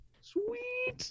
sweet